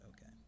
Okay